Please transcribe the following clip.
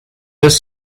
has